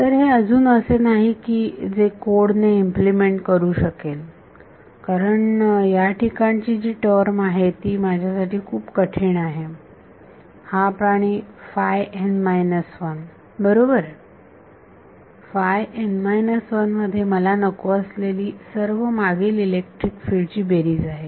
तर हे अजून असे नाही की जे मी कोड ने इम्प्लिमेंट करू शकेन कारण या ठिकाणची जी टर्म आहे ती माझ्यासाठी खूप कठीण आहे हा प्राणी बरोबर मध्ये मला नको असलेली सर्व मागील इलेक्ट्रिक फिल्ड ची बेरीज आहे